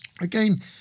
Again